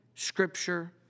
scripture